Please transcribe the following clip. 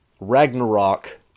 Ragnarok